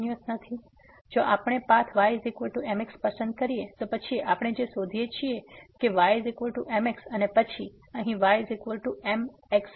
જો આપણે path ymx પસંદ કરીએ તો પછી આપણે જે શોધીએ છીએ કારણ કે y mx અને પછી અહીં y mx પણ